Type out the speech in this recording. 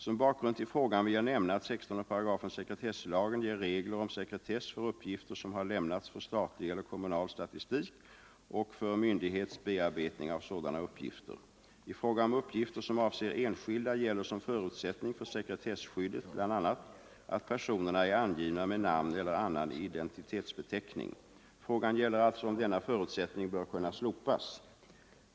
Som bakgrund till frågan vill jag nämna att 16 § sekretesslagen ger regler om sekretess för uppgifter som har lämnats för statlig eller kommunal statistik och för myndighets bearbetning av sådana uppgifter. I fråga om uppgifter som avser enskilda gäller som förutsättning för sekretesskyddet bl.a. att personerna är angivna med namn eller annan identitetsbeteckning. Frågan gäller alltså om denna förutsättning bör kunna slopas.